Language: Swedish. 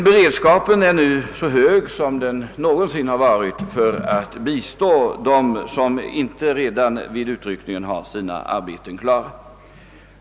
Beredskapen är nu så hög som den någonsin har varit när det gäller att bistå dem som inte redan vid utryckningen har sina arbeten klara.